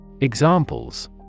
Examples